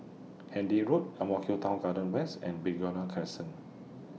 Handy Road Ang Mo Kio Town Garden West and Begonia Crescent